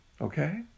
okay